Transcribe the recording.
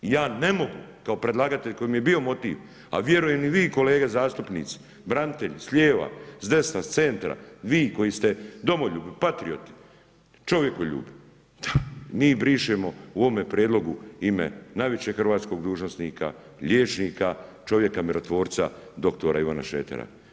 I ja ne mogu, kao predlagatelj, koji mi je bio motiv a vjerujem i vi kolege zastupnici, branitelji s lijeva, s desna, s centra, vi koji ste domoljubi, patrioti, čovjekoljub, mi brišemo u ovome prijedlogu ime najvećeg hrvatskog dužnosnika, liječnika, čovjeka mirotvorca, dr. Ivana Šretera.